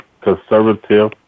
conservative